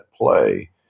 play